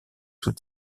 sous